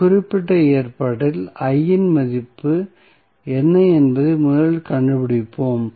இந்த குறிப்பிட்ட ஏற்பாட்டில் I இன் மதிப்பு என்ன என்பதை முதலில் கண்டுபிடிப்போம்